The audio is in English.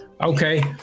Okay